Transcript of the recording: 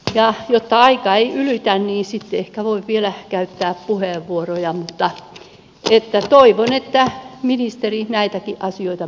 ja jotta aika ei ylity niin sitten ehkä voin vielä käyttää puheenvuoroja mutta toivon että ministeri näitäkin asioita miettii